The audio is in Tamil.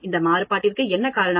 இந்த மாறுபாட்டிற்கு என்ன காரணம்